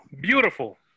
beautiful